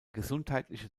gesundheitliche